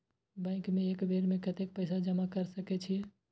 Bank में एक बेर में कतेक पैसा जमा कर सके छीये?